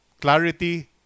Clarity